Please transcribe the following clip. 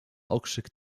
okrzyk